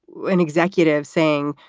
an executive saying,